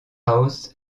house